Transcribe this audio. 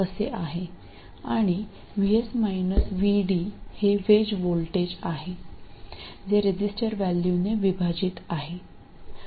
आणि हे वेज व्होल्टेज आहे जे रेझिस्टर व्हॅल्यूने विभाजित आहे